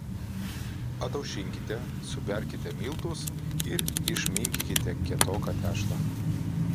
ataušinkite suberkite miltus ir išminkykite kietoką tešlą